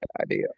Idea